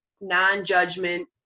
non-judgment